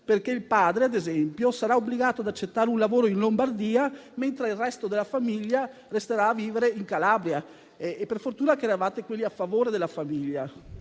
perché il padre, ad esempio, sarà obbligato ad accettare un lavoro in Lombardia, mentre il resto della famiglia resterà a vivere in Calabria. Per fortuna che eravate quelli a favore della famiglia!